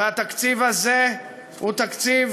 והתקציב הזה הוא תקציב